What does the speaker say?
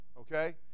okay